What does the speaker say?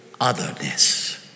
otherness